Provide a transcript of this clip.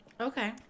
Okay